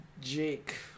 Jake